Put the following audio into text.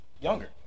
younger